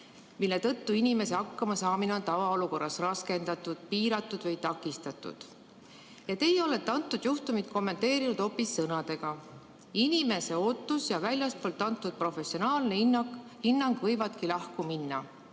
mille tõttu inimese hakkamasaamine on tavaolukorras raskendatud, piiratud või takistatud. Teie olete antud juhtumit kommenteerinud hoopis sõnadega, et inimese ootus ja väljastpoolt antud professionaalne hinnang võivadki lahku minna.